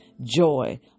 joy